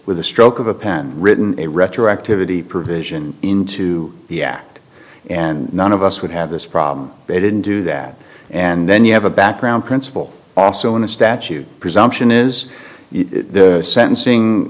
with the stroke of a pen written retroactivity provision into the act and none of us would have this problem they didn't do that and then you have a background principle also in the statute presumption is the sentencing